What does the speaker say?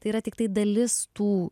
tai yra tiktai dalis tų